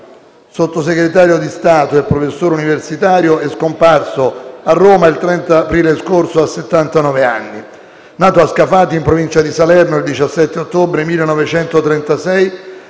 Sottosegretario di Stato e professore universitario, è scomparso a Roma il 30 aprile scorso a 79 anni. Nato a Scafati, in provincia di Salerno, il 17 ottobre 1936,